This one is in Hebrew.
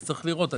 אז צריך לראות.